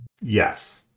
Yes